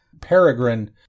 Peregrine